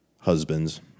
husbands